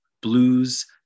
blues